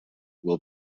will